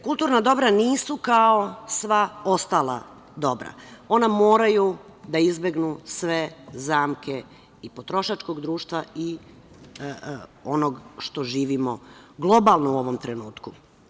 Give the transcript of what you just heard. Kulturna dobra nisu kao sva ostala dobra, ona moraju da izbegnu sve zamke i potrošačkog društva i onog što živimo globalno u ovom trenutku.